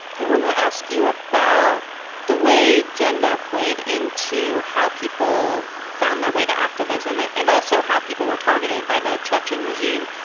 i want to ask you about the way gender played in to how people found their way to activism and also how people were targeted by the chechen regime.